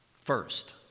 first